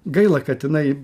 gaila kad inai